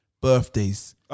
birthdays